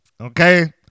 Okay